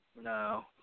No